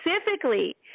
Specifically